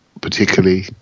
particularly